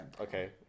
Okay